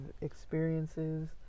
experiences